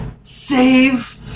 Save